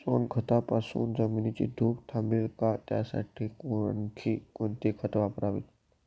सोनखतापासून जमिनीची धूप थांबेल का? त्यासाठी आणखी कोणती खते वापरावीत?